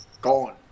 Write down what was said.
Gone